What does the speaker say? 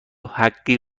حقی